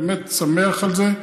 אני באמת שמח על זה.